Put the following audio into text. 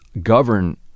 Govern